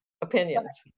opinions